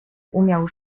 umiał